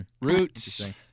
Roots